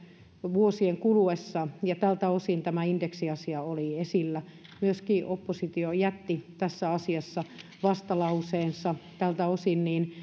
vuosien kuluessa ja tältä osin tämä indeksiasia oli esillä myöskin oppositio jätti tässä asiassa vastalauseensa tältä osin